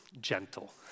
gentle